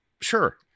Sure